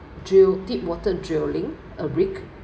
drill deep water drilling a rig